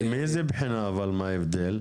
מאיזה בחינה מה ההבדל?